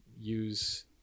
use